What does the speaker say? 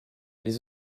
les